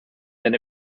then